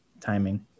timing